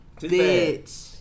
bitch